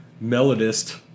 melodist